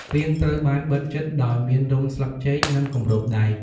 ពាងត្រូវបានបិទជិត ដោយមានរុំស្លឹកចេក និងគម្របដែក។